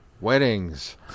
weddings